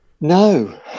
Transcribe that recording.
No